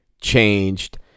changed